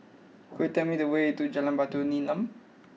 could you tell me the way to Jalan Batu Nilam